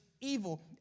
Evil